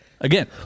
Again